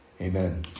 Amen